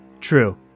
True